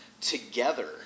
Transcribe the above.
Together